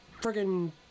friggin